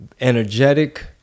energetic